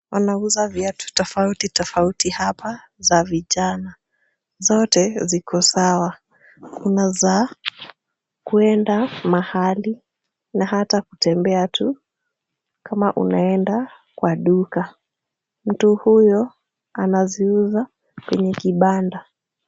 Wanauza viatu tofauti tofauti hapa za vijana, zote ziko sawa. Kuna za kwenda mahali na hata kutembea tu kama unaenda kwa duka. Mtu huyo anaziuza kwenye kibanda.